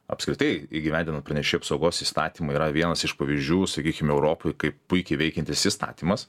apskritai įgyvendino pranešėjo apsaugos įstatymą yra vienas iš pavyzdžių sakykim europoj kaip puikiai veikiantis įstatymas